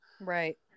right